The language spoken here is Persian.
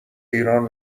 ایران